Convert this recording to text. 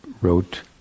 wrote